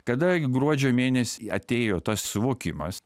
kadangi gruodžio mėnesį atėjo tas suvokimas